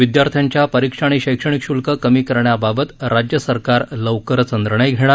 विद्यार्थ्यांच्या परीक्षा आणि शैक्षणिक शुल्क कमी करण्याबाबत राज्य सरकार लवकरच निर्णय घेणार